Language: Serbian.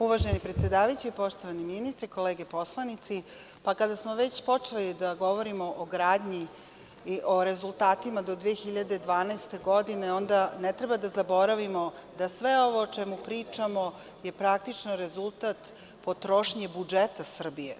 Uvaženi predsedavajući, poštovani ministre, kolege poslanici, kada smo već počeli da govorimo o gradnji i o rezultatima do 2012. godine onda ne treba da zaboravimo da sve ovo o čemu pričamo je praktično rezultat potrošnje budžeta Srbije.